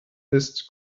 ist